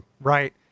Right